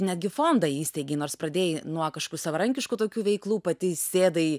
netgi fondą įsteigei nors pradėjai nuo kažkokių savarankiškį tokių veiklų pati įsėdai